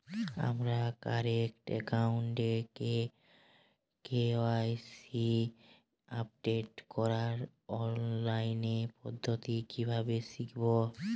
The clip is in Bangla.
আমার কারেন্ট অ্যাকাউন্টের কে.ওয়াই.সি আপডেট করার অনলাইন পদ্ধতি কীভাবে শিখব?